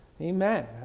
amen